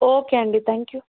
okay అండి thank you